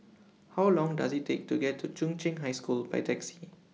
How Long Does IT Take to get to Chung Cheng High School By Taxi